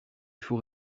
faut